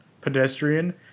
pedestrian